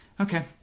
Okay